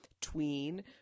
tween